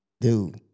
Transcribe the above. dude